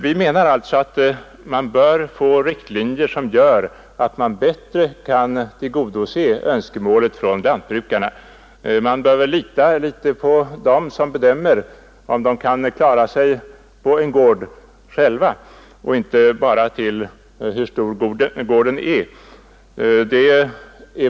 Vi anser att lantbruksnämnderna bör få riktlinjer som gör att de bättre kan tillgodose lantbrukarnas önskemål. Man bör lita litet mera på dem som själva bedömer det möjligt att klara sig på en gård och inte bara se till hur stor gården är.